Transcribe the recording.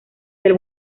del